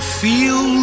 feel